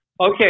okay